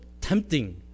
tempting